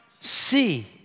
see